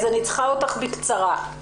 אני צריכה אותך בקצרה.